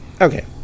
Okay